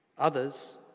Others